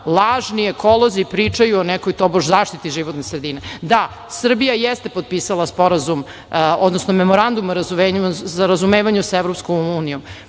lažni ekolozi pričaju o nekoj tobož zaštiti životne sredine. Da, Srbija jeste potpisala Sporazum, odnosno Memorandum o razumevanju sa EU, pa pričamo